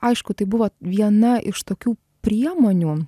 aišku tai buvo viena iš tokių priemonių